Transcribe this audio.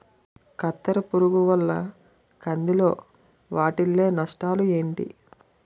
కత్తెర పురుగు వల్ల కంది లో వాటిల్ల నష్టాలు ఏంటి